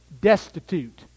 destitute